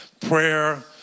prayer